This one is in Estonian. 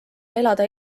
elada